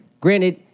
granted